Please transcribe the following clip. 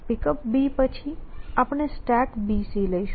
Pickup પછી આપણે StackBC લઈશું